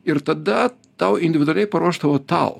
ir tada tau individualiai paruošta o tau